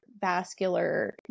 vascular